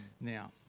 now